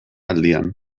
aldian